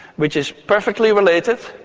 which is perfectly related,